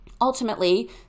Ultimately